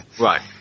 Right